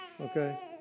okay